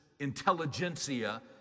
Intelligentsia